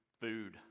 food